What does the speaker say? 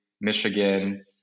Michigan